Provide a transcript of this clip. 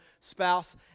spouse